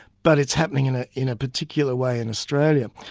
but it's happening in ah in a particular way in australia.